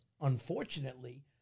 Unfortunately